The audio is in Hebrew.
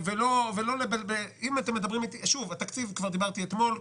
לגבי התקציב כבר דיברתי אתמול,